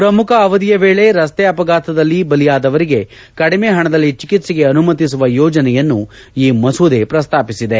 ಪ್ರಮುಖ ಅವಧಿಯ ವೇಳೆ ರಸ್ತೆ ಅಪಘಾತದಲ್ಲಿ ಬಲಿಯಾದವರಿಗೆ ಕಡಿಮೆ ಹಣದಲ್ಲಿ ಚಿಕಿತ್ಸೆಗೆ ಅನುಮತಿಸುವ ಯೋಜನೆಯನ್ನು ಈ ಮಸೂದೆ ಪ್ರಸ್ತಾಪಿಸಿದೆ